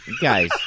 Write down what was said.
Guys